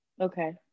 Okay